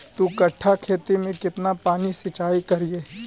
दू कट्ठा खेत में केतना पानी सीचाई करिए?